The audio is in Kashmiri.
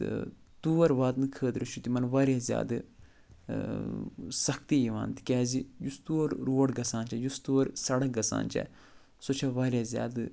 تہٕ تور واتنہٕ خٲطرٕ چھِ تِمَن واریاہ زیادٕ سختی یِوان تِکیٛازِ یُس تور روڈ گژھان چھِ یُس تور سڑک گژھان چھےٚ سۄے چھےٚ واریاہ زیادٕ